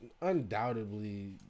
undoubtedly